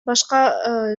башка